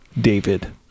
david